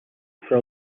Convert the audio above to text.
for